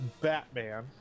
Batman